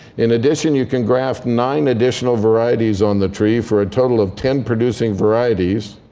in addition, you can graft nine additional varieties on the tree for a total of ten producing varieties.